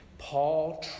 Paul